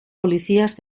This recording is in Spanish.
policías